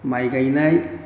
माइ गायनाय